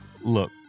Look